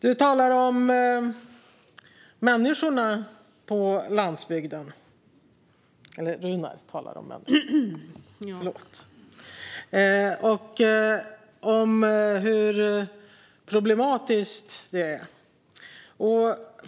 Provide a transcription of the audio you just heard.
Runar Filper talar om människorna på landsbygden och hur problematiskt det är där.